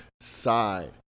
side